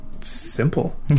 simple